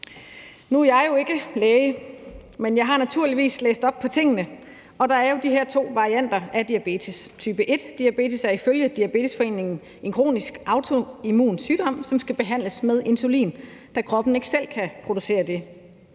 Nu er jeg jo ikke læge, men jeg har naturligvis læst op på tingene, og der er de her to varianter af diabetes: Type 1-diabetes er ifølge Diabetesforeningen en kronisk autoimmun sygdom, som skal behandles med insulin, da kroppen ikke selv kan producere det.